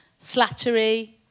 Slattery